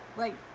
like,